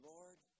Lord